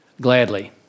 gladly